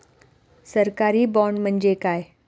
सरकारी बाँड म्हणजे काय?